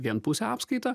vienpusę apskaitą